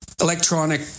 electronic